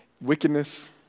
wickedness